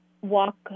Walk